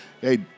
Hey